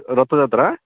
Rath Yatra